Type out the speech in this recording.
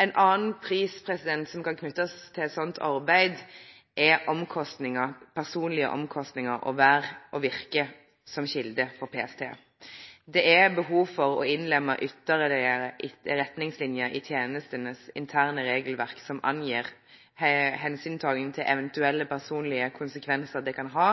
En annen pris som kan knyttes til sånt arbeid, er personlige omkostninger ved å være og virke som kilde for PST. Det er behov for å innlemme ytterligere retningslinjer i tjenestens interne regelverk som angir hensyntagen til eventuelle personlige konsekvenser det kan ha